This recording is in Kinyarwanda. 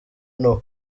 noah